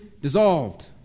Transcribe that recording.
dissolved